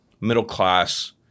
middle-class